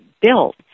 built